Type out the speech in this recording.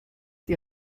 die